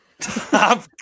Top